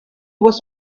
was